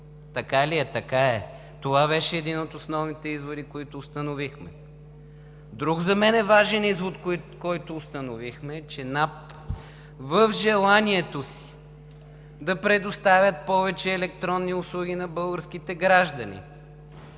Така ли е? Така е. Това беше един от основните изводи, които установихме. Друг важен извод за мен, който установихме, е, че от НАП в желанието си да предоставят повече електронни услуги на българските граждани